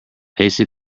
hasty